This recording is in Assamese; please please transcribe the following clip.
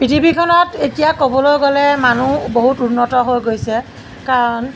পৃথিৱীখনত এতিয়া ক'বলৈ গ'লে মানুহ বহুত উন্নত হৈ গৈছে কাৰণ